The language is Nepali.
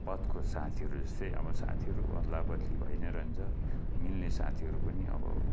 पथको साथीहरू जस्तै अब साथीहरू अदला बदली भई नै रहन्छ मिल्ने साथीहरू पनि अब